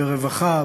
ברווחה,